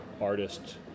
artists